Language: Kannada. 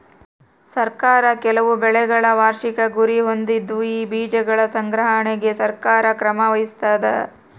ಸರ್ಕಾರ ಕೆಲವು ಬೆಳೆಗಳ ವಾರ್ಷಿಕ ಗುರಿ ಹೊಂದಿದ್ದು ಆ ಬೀಜಗಳ ಸಂಗ್ರಹಣೆಗೆ ಸರ್ಕಾರ ಕ್ರಮ ವಹಿಸ್ತಾದ